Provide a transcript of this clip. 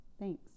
Thanks